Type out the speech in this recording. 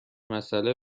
مسأله